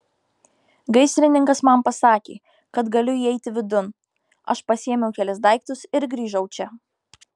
gaisrininkas man pasakė kad galiu įeiti vidun aš pasiėmiau kelis daiktus ir grįžau čia